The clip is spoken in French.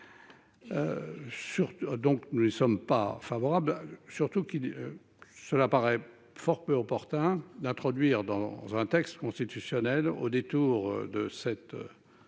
donc nous ne sommes pas favorables, surtout qu'. Cela paraît fort peu opportun d'introduire dans un texte constitutionnel au détour de cette.